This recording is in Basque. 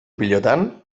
pilotan